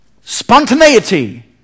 spontaneity